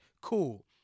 cool